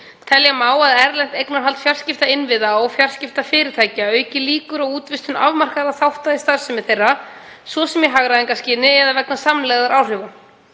Telja má að erlent eignarhald fjarskiptainnviða og fjarskiptafyrirtækja auki líkur á útvistun afmarkaðra þátta í starfsemi þeirra, svo sem í hagræðingarskyni eða vegna samlegðaráhrifa.